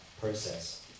process